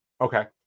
Okay